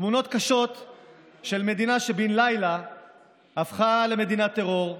תמונות קשות של מדינה שבן לילה הפכה למדינת טרור,